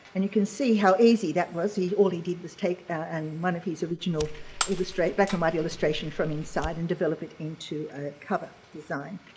and you can see how easy that was. he all he did was take and one of his original illustrate black and white illustrations from inside and develop it into a cover design.